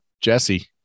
Jesse